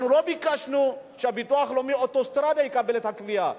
אנחנו לא ביקשנו שהביטוח הלאומי "אוטוסטרדה" יקבל את התביעה.